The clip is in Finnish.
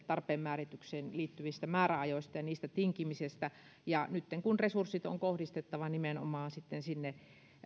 tarpeen määritykseen liittyvistä määräajoista ja niistä tinkimisestä nytten kun resurssit on kohdistettava nimenomaan sinne